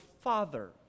Father